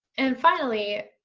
and finally,